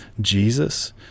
Jesus